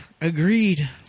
agreed